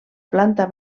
planta